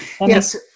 Yes